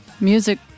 Music